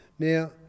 Now